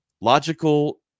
logical